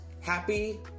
happy